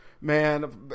man